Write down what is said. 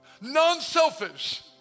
non-selfish